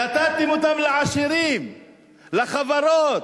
נתתם אותם לעשירים, לחברות,